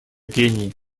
кении